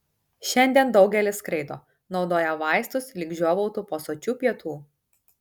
šiandien daugelis skraido naudoja vaistus lyg žiovautų po sočių pietų